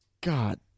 God